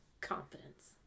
confidence